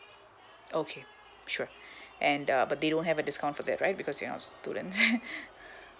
okay sure and uh but they don't have a discount for that right because they are not students